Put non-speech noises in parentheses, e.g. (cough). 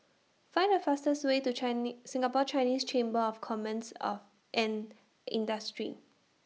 Find The fastest Way to (unintelligible) Singapore Chinese Chamber of Commerce of and Industry